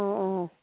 অঁ অঁ